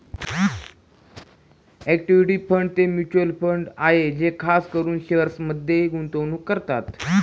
equity fund ते mutual fund आहे जे खास करून शेअर्समध्ये गुंतवणूक करतात